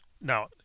now